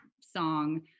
song